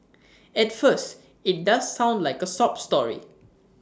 at first IT does sound like A sob story